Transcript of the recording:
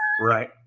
Right